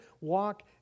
walk